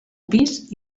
pis